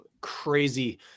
crazy